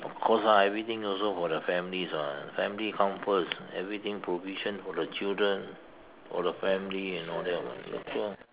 of course ah everything also for the families [what] family come first everything provision for the children for the family and all that [what]